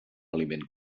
aliment